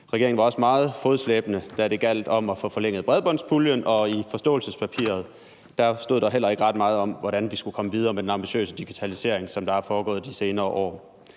Regeringen var også meget fodslæbende, da det gjaldt om at få forlænget bredbåndspuljen, og i forståelsespapiret stod der heller ikke ret meget om, hvordan vi skulle komme videre med den ambitiøse digitalisering, der er foregået de senere år.